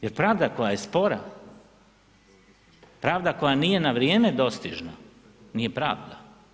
Jer pravda koja je spora, pravda koja nije na vrijeme dostižna nije pravda.